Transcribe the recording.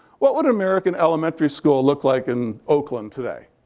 what would an american elementary school look like in oakland today?